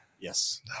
Yes